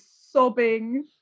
sobbing